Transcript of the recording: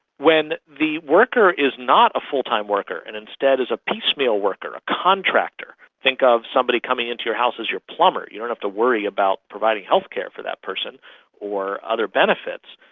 when the worker is not a full-time worker and instead is a piecemeal worker, a contractor, think of somebody coming into your house as your plumber, you don't have to worry about providing healthcare for that person or other benefits,